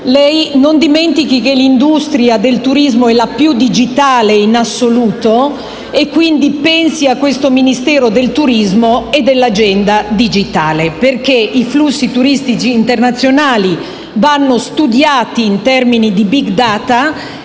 lei non dimentichi che l'industria del turismo è la più digitale in assoluto e quindi pensi a questo Dipartimento del turismo e all'agenda digitale. Infatti, i flussi turistici internazionali devono essere studiati in termini di *big data*